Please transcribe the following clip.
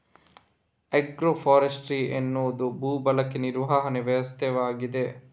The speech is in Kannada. ಆಗ್ರೋ ಫಾರೆಸ್ಟ್ರಿ ಎನ್ನುವುದು ಭೂ ಬಳಕೆ ನಿರ್ವಹಣಾ ವ್ಯವಸ್ಥೆಯಾಗಿದೆ